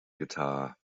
guitar